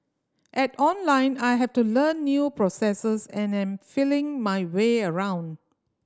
at Online I have to learn new processes and am feeling my way around